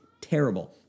terrible